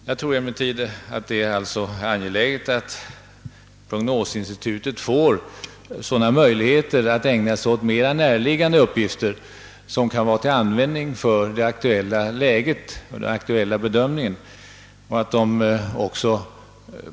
Jag tror därför att det är angeläget att prognosinstitutet får möjlighet att ägna sig åt mera närliggande uppgifter som kan vara till ledning för den aktuella bedömningen.